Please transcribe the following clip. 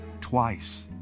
Twice